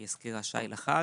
הזכירו כאן שי לחג